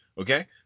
okay